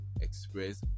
express